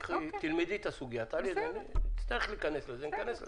אם נצטרך להיכנס לזה, ניכנס לזה.